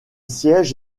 siège